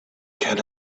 can